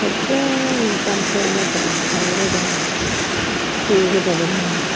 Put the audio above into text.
ꯐꯖꯅ ꯆꯥꯝꯊꯣꯛꯂꯒ ꯐꯧꯔꯒ ꯁꯨꯒꯗꯕꯅꯤꯅꯦ